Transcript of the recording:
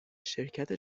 شرکت